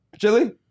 Chili